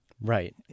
Right